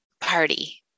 party